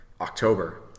October